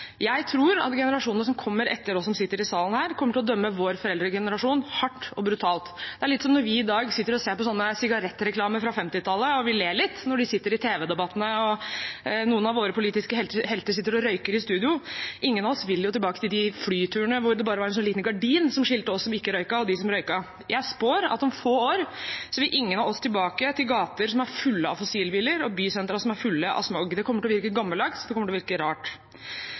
Jeg tror at generasjonene som kommer etter oss som sitter her i salen, kommer til å dømme vår foreldregenerasjon hardt og brutalt. Det er litt som når vi i dag sitter og ser på sigarettreklamer fra 1950-tallet, og når vi ler litt av at noen av våre politiske helter var i tv-debatter og satt og røykte i studio. Ingen av oss vil jo tilbake til de flyturene hvor det bare var en liten gardin som skilte oss som ikke røykte, og dem som røykte. Jeg spår at om få år vil ingen av oss tilbake til gater som er fulle av fossilbiler og bysentre som er fulle av smog. Det kommer til å virke gammeldags, det kommer til å virke rart.